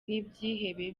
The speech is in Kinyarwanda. n’ibyihebe